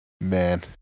Man